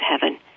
heaven